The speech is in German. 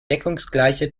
deckungsgleiche